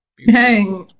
Hey